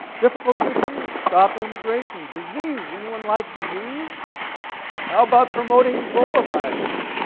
difficult to achieve, stop immigration, disease, anyone like disease? how about promoting ebola virus.